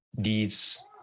deeds